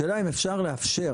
השאלה אם אפשר לאפשר